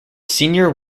senior